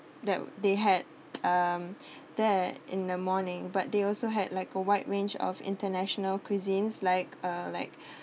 that they had um that in the morning but they also had like a wide range of international cuisines like uh like